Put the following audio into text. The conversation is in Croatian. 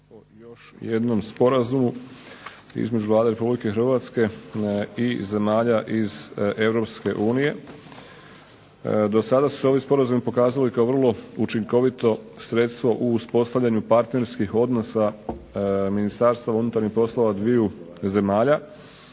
se o još jednom sporazumu između Vlade Republike Hrvatske i zemalja iz Europske unije. Do sada su se ovi sporazumi pokazali kao vrlo učinkovito sredstvo u uspostavljanju partnerskih odnosa ministarstava unutarnjih poslova dviju zemalja